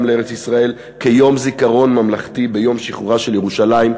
לארץ-ישראל כיום זיכרון ממלכתי ביום שחרורה של ירושלים,